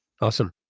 Awesome